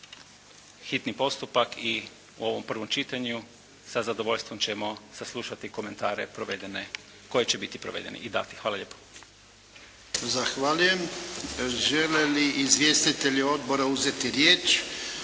hitni postupak i u ovom prvom čitanju sa zadovoljstvom ćemo saslušati komentare provedene, koje će biti provedene …/Govornik se ne razumije./… Hvala lijepo. **Jarnjak, Ivan (HDZ)** Žele li izvjestitelji odbora uzeti riječ?